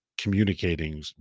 communicating